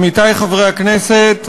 עמיתי חברי הכנסת,